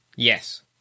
Yes